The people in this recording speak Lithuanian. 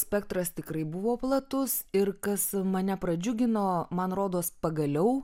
spektras tikrai buvo platus ir kas mane pradžiugino man rodos pagaliau